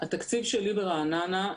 התקציב שלי ברעננה..